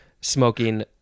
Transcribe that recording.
smoking